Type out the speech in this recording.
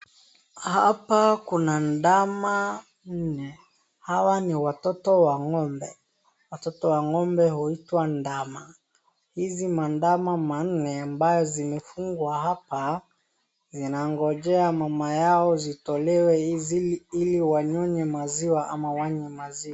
Hapa kuna ndama nne. Hawa ni watoto wang'ombe. Watoto wa ng'ombe huitwa ndama. Hizi mandama manne ambayo zimefungwa hapa zinangojea mama yao zitolewe ili wanyonye maziwa ama wanywe maziwa.